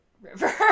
river